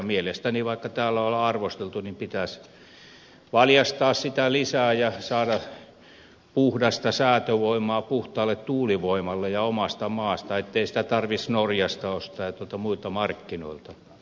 mielestäni vaikka täällä on sitä arvosteltu pitäisi valjastaa vesivoimaa lisää ja saada puhdasta säätövoimaa puhtaalle tuulivoimalle ja omasta maasta ettei sitä tarvitsisi norjasta ja muilta markkinoilta ostaa